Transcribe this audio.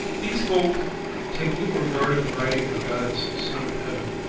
these folk take little regard of the riding of god's son of heaven,